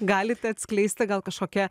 galit atskleisti gal kažkokia